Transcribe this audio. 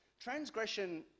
Transgression